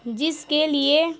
جس کے لیے